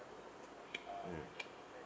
mm